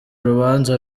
rubanza